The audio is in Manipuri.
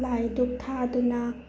ꯂꯥꯏ ꯗꯨꯛ ꯊꯥꯗꯨꯅ